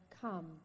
come